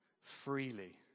freely